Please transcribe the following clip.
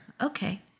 Okay